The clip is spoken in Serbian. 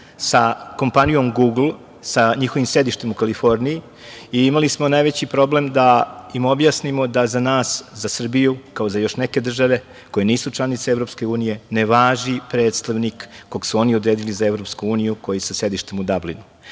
sa kompanijom Gugl, sa njihovim sedištem u Kaliforniji i imali smo najveći problem da im objasnimo da za nas, za Srbiju, kao i za još neke države koje nisu članice Evropske unije, ne važi predstavnik kog su oni odredili za Evropsku uniju koji je sa sedištem u Dabliju. Kada